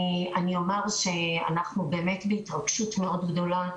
אני אומר שאנחנו באמת בהתרגשות מאוד גדולה.